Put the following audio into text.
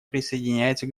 присоединяется